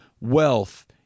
wealth